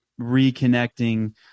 reconnecting